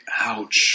ouch